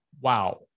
Wow